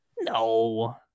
No